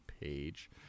page